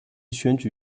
选举